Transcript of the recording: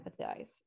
empathize